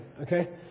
okay